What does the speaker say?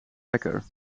wekker